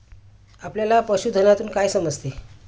आपल्याला पशुधनातून काय समजते?